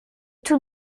tout